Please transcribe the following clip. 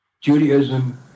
Judaism